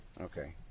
Okay